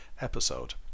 episode